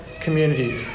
community